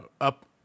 up